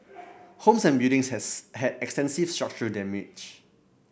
homes and buildings has had extensive structural damage